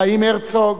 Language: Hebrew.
חיים הרצוג,